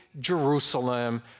Jerusalem